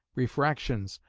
refractions,